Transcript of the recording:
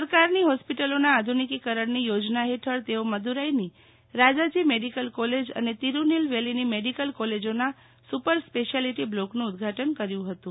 સરકારની હોસ્પિટલોના આધુનિકીકરણની યોજના હેઠળ તેઓ મદુરાઇની રાજાજી મેડીકલ કોલેજ અને તિરૂનીલવેલીની મેડીકલ કોલેજોના સુપર સ્પેશાલીટી બ્લોકનું ઉદ્દઘાટન કર્યું હતુ